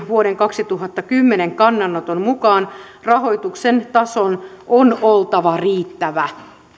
vuoden kaksituhattakymmenen kannanoton mukaan rahoituksen tason on oltava riittävä